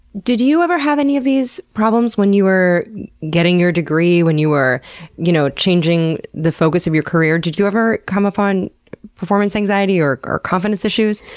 did you ever have any of these problems when you were getting your degree or when you were you know changing the focus of your career? did you ever come upon performance anxiety or or confidence issues?